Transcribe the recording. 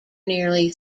nearly